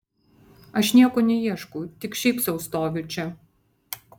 aš nieko neieškau tik šiaip sau stoviu čia